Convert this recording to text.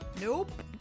Nope